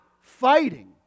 fighting